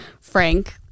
Frank